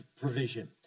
provision